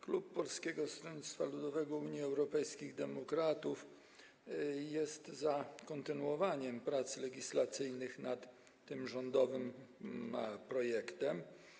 Klub Polskiego Stronnictwa Ludowego - Unii Europejskich Demokratów jest za kontynuowaniem prac legislacyjnych nad tym rządowym projektem.